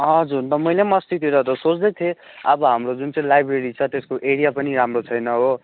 हजुर अन्त मैले पनि अस्तितिर त सोच्दै थिएँ अब हाम्रो जुन चाहिँ लाइब्रेरी छ त्यसको एरिया पनि राम्रो छैन हो